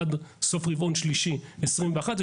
עד סוף רבעון שלישי 2021,